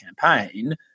campaign